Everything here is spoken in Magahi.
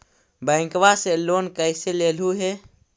बैंकवा से लेन कैसे लेलहू हे?